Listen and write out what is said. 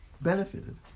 benefited